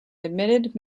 admitted